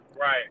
Right